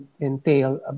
entail